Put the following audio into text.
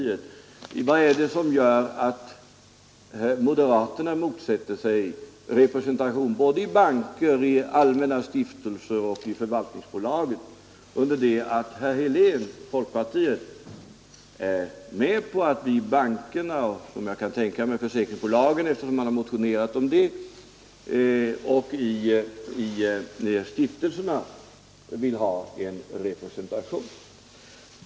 Det väsentliga i detta sammanhang är att undersöka vad som gör att moderaterna motsätter sig en representation i både banker, allmänna stiftelser och förvaltningsbolag, under det att herr Helén och folkpartiet är med på att ha en representation i bankerna och — kan jag tänka mig, eftersom man har motionerat om det — även i försäkringsbolagen och i stiftelserna.